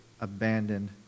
abandoned